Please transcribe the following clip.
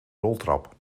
roltrap